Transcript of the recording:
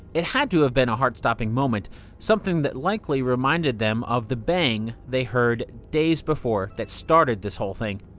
it had to have been a heart-stopping moment something that likely reminded them of the bang they heard days before that started the whole thing.